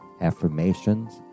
affirmations